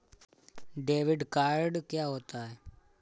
Debit card क्या होता है?